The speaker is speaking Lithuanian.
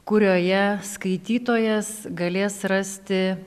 kurioje skaitytojas galės rasti